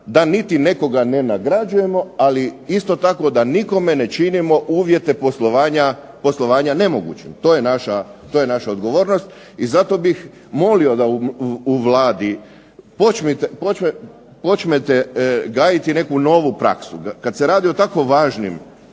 da niti nekoga ne nagrađujemo, ali isto tako da nikome ne činimo uvjete poslovanja nemogućim. To je naša odgovornost. I zato bih molio da u Vladi počnete gajiti neku novu praksu. Kad se radi o tako važnim, o važnim